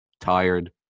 tired